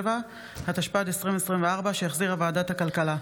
37), התשפ"ד 2024, שהחזירה ועדת הכלכלה.